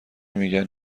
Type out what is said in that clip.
میگن